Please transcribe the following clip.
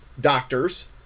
doctors